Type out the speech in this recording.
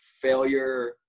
failure